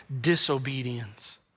disobedience